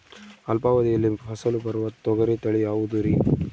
ಅಲ್ಪಾವಧಿಯಲ್ಲಿ ಫಸಲು ಬರುವ ತೊಗರಿ ತಳಿ ಯಾವುದುರಿ?